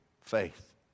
faith